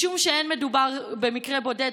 משום שלא מדובר במקרה בודד,